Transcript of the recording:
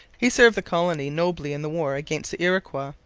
he served the colony nobly in the war against the iroquois.